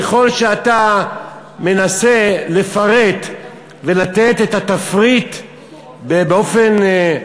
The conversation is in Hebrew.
ככל שאתה מנסה לפרט ולתת את התפריט באופן,